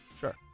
Sure